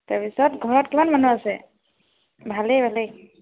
তাৰপিছত ঘৰত কিমান মানুহ আছে ভালেই ভালেই